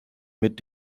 mit